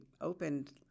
opened